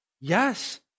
Yes